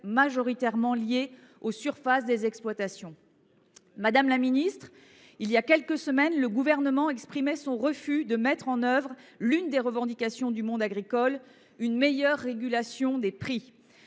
majoritairement liées à la surface des exploitations. Madame la ministre déléguée, il y a quelques semaines, le Gouvernement exprimait son refus de mettre en œuvre l’une des principales revendications du monde agricole, celle d’une meilleure régulation des prix.